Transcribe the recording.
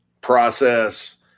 process